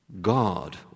God